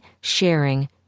sharing